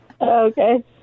Okay